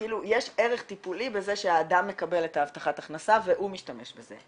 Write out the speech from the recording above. שיש ערך טיפולי בזה שהאדם מקבל את ההבטחת הכנסה והוא משתמש בזה.